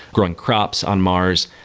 growing crops on mars,